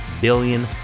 billion